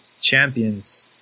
Champions